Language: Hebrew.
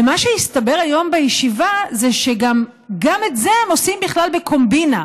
ומה שהסתבר היום בישיבה זה שגם את זה הם עושים בכלל בקומבינה,